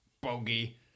bogey